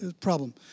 Problem